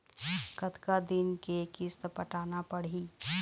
कतका दिन के किस्त पटाना पड़ही?